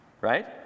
right